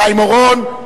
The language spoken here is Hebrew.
חיים אורון?